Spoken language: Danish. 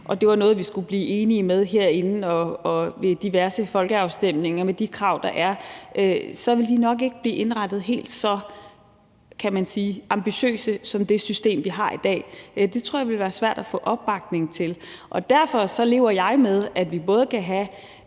at det var noget, vi skulle blive enige om herinde og ved diverse folkeafstemninger, så ville det med de krav, der er, nok ikke blive indrettet helt så ambitiøst som det system, vi har i dag. Det tror jeg det ville være svært at få opbakning til. Derfor lever jeg med, at vi både kan have